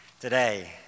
Today